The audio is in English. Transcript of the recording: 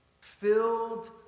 filled